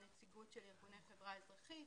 נציגות של ארגוני החברה האזרחית,